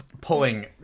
pulling